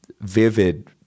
vivid